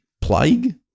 plague